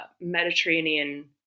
Mediterranean